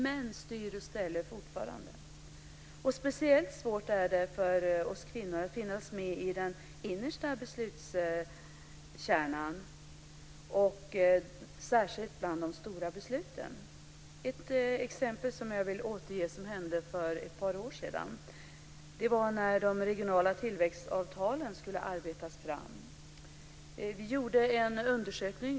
Män styr och ställer fortfarande. Speciellt svårt är det för oss kvinnor att finnas med i den innersta beslutskärnan, särskilt bland de stora besluten. Ett exempel som jag vill återge är något som hände för ett par år sedan. Det var när de regionala tillväxtavtalen skulle arbetas fram. Vi gjorde en undersökning.